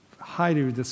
highly